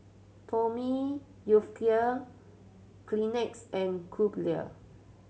Tommy Hilfiger Kleenex and Crumpler